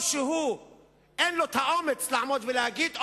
או שאין לו אומץ לעמוד ולהגיד,